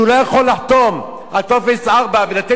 שהוא לא יכול לחתום על טופס 4 ולתת